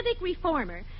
reformer